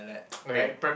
okay